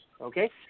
Okay